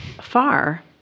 far